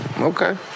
okay